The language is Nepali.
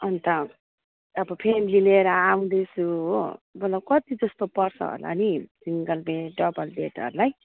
अन्त अब फ्यामिली लिएर आउँदैछु हो मलाई कति जस्तो पर्छ होला नि सिङ्गल बेड डबल बेडहरूलाई